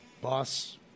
boss